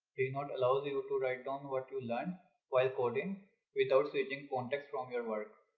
dnote allows you to write down what you learn while coding without switching context from your work.